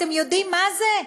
אתם יודעים מה זה?